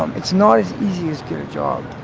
um it's not as easy as get a job,